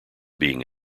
being